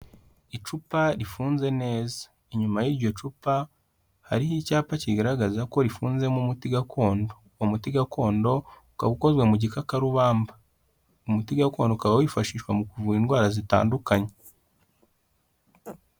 Icupa rifunze neza, inyuma y'iryo cupa hariho icyapa kigaragaza ko rifunzemo umuti gakondo, umuti gakondo ukaba ukozwe mu gikakarubamba, umuti gakondo ukaba wifashishwa mu kuvura indwara zitandukanye.